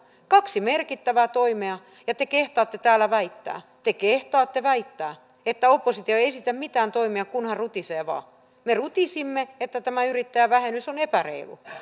kaksi merkittävää toimea ja te kehtaatte täällä väittää te kehtaatte väittää että oppositio ei esitä mitään toimia kunhan rutisee vaan me rutisimme että tämä yrittäjävähennys on epäreilu